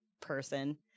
person